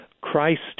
Christ